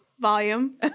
volume